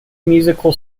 musical